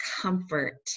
comfort